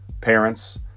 parents